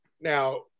Now